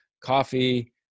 coffee